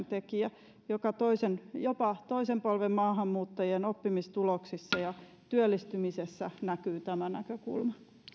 tekijä jopa toisen polven maahanmuuttajien oppimistuloksissa ja työllistymisessä näkyy tämä näkökulma